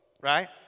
right